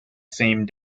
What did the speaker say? same